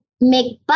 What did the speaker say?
make